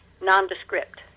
nondescript